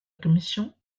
commission